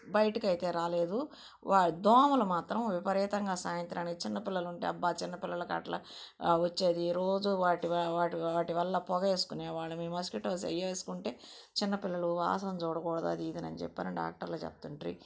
బయటకి అయితే రాలేదు దోమలు మాత్రం విపరీతంగా సాయంత్రానికి చిన్న పిల్లలు ఉంటే అబ్బా చిన్న పిల్లలకి అట్లా వచ్చేది రోజూ వాటి వాటి వాటివల్ల పొగ వేసుకునే వాళ్ళం మాస్కిటోస్ ఎయ్యో సుకుంటే చిన్నపిల్లలు వాసన చూడకూడదు అది ఇది అనిచెప్పి డాక్టర్లు చెప్తుంట్రి